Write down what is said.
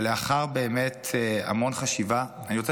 אבל לאחר באמת המון חשיבה אני רוצה